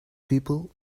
people